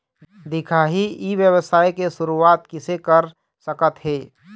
दिखाही ई व्यवसाय के शुरुआत किसे कर सकत हे?